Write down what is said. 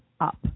up